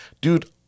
dude